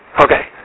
Okay